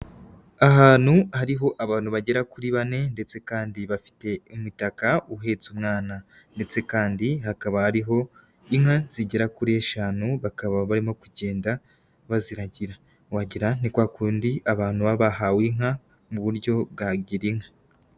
Ahantu hariho abantu bagera kuri bane ndetse kandi bafite imitaka uhetse umwana ndetse kandi hakaba hariho inka zigera kuri eshanu bakaba barimo kugenda baziragira, wagira ni kwa kundi abantu baba bahawe inka mu buryo bwa gira inka.